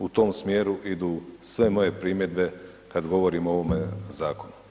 U tom smjeru idu sve moje primjedbe kad govorimo o ovome zakonu.